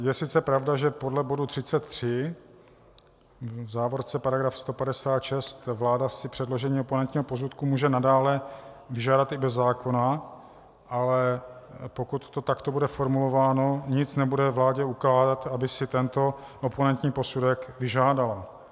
Je sice pravda, že podle bodu 33, v závorce § 156, vláda si předložení oponentního posudku může nadále vyžádat i bez zákona, ale pokud to takto formulováno, nic nebude vládě ukládat, aby si tento oponentní posudek vyžádala.